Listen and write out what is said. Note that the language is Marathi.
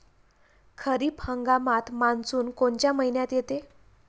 खरीप हंगामात मान्सून कोनच्या मइन्यात येते?